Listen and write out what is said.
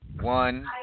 one